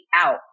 out